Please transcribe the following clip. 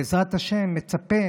בעזרת השם, מצפה